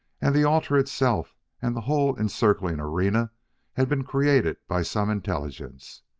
and the altar itself and the whole encircling arena had been created by some intelligence.